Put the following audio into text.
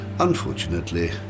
Unfortunately